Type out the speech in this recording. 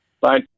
Bye